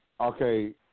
Okay